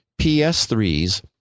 PS3s